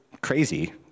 crazy